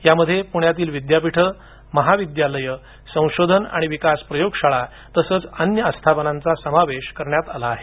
यामध्ये पुण्यातील विद्यापीठं महाविद्यालयं संशोधन आणि विकास प्रयोगशाळा तसंच अन्य आस्थापनांचा समावेश करण्यात आला आहे